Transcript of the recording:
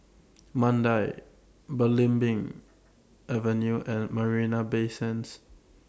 Mandai Belimbing Avenue and Marina Bay Sands